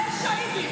שוהדא.